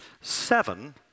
seven